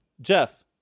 jeff